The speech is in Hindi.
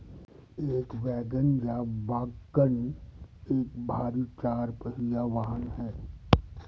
एक वैगन या वाग्गन एक भारी चार पहिया वाहन है